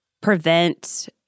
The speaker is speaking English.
prevent